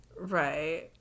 Right